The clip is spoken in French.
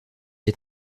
est